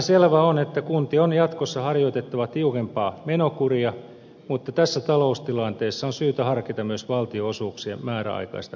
itsestäänselvää on että kuntien on jatkossa harjoitettava tiukempaa menokuria mutta tässä taloustilanteessa on syytä harkita myös valtionosuuksien määräaikaista korotusta